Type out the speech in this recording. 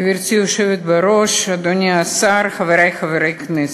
גברתי היושבת בראש, אדוני השר, חברי חברי הכנסת,